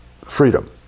freedom